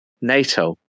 NATO